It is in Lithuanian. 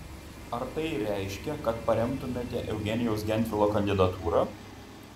ar tai reiškia kad paremtumėte eugenijaus gentvilo kandidatūrą